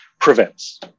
prevents